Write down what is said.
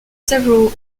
several